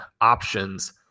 options